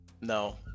no